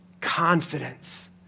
confidence